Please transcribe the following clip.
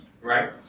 Right